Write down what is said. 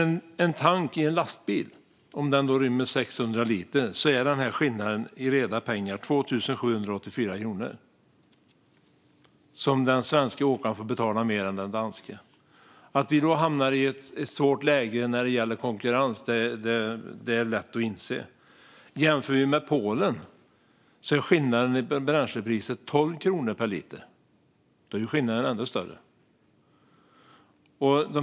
Om en tank i en lastbil rymmer 600 liter är den skillnaden i reda pengar 2 784 kronor. Det är vad den svenska åkaren får betala mer än den danska. Att vi då hamnar i ett svårt läge när det gäller konkurrens är lätt att inse. Jämför vi med Polen är skillnaden i bränslepriset 12 kronor per liter. Då är skillnaden ännu större.